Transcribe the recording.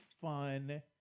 fun